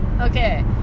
okay